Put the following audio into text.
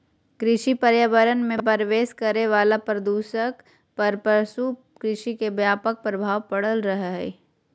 कृषि पर्यावरण मे प्रवेश करे वला प्रदूषक पर पशु कृषि के व्यापक प्रभाव पड़ रहल हई